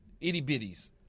Itty-bitties